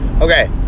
Okay